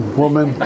woman